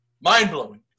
Mind-blowing